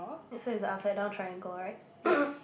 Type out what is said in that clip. this one is upside down triangle right